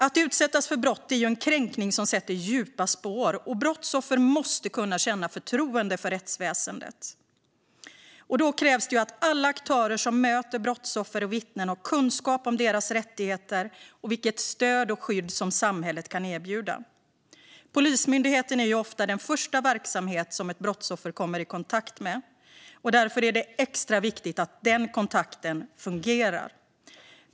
Att utsättas för brott är en kränkning som sätter djupa spår, och brottsoffer måste kunna känna förtroende för rättsväsendet. Då krävs det att alla aktörer som möter brottsoffer och vittnen har kunskap om deras rättigheter och vilket stöd och skydd samhället kan erbjuda. Polismyndigheten är ofta den första verksamhet ett brottsoffer kommer i kontakt med, och därför är det extra viktigt att den kontakten fungerar.